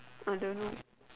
I don't know